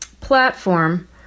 platform